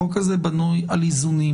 החוק הזה בנוי על איזונים,